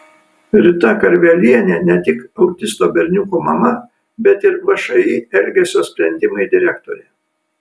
rita karvelienė ne tik autisto berniuko mama bet ir všį elgesio sprendimai direktorė